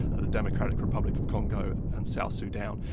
the democratic republic of congo and south sudan,